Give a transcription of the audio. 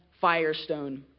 firestone